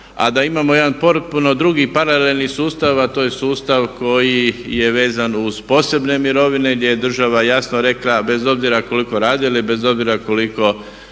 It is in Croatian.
a da imamo jedan potpuno drugi, paralelni sustav, a to je sustav koji je vezan uz posebne mirovine gdje je država jasno rekla bez obzira koliko radili, bez obzira koliko